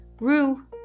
Rue